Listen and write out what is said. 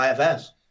ifs